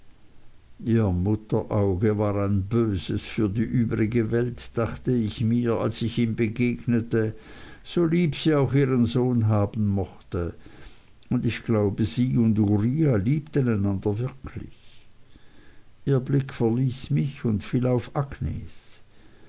ihr mutterauge war ein böses für die übrige welt dachte ich mir als ich ihm begegnete so lieb sie auch ihren sohn haben mochte und ich glaube sie und uriah liebten einander wirklich ihr blick verließ mich und fiel auf agnes